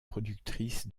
productrice